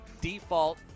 default